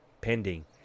pending